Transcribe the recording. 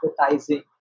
advertising